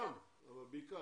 גם, אבל בעיקר.